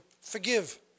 forgive